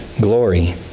glory